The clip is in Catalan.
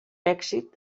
èxit